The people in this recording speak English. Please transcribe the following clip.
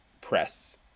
press